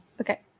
Okay